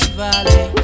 valley